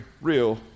real